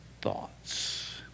thoughts